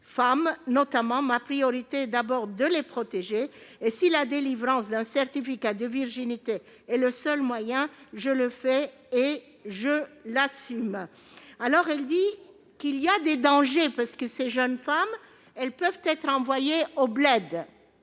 femmes notamment, ma priorité est d'abord de les protéger. Et si la délivrance d'un certificat de virginité est le seul moyen, je le fais et je l'assume. » Elle évoque aussi les dangers qui pèsent sur ces jeunes femmes, qui peuvent être renvoyées au bled